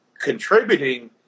contributing